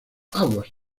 aguas